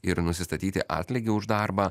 ir nusistatyti atlygį už darbą